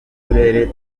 twugarijwe